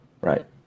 Right